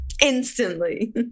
instantly